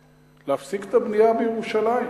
להפסיק את הבנייה בירושלים?